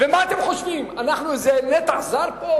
ומה אתם חושבים, אנחנו איזה נטע זר פה?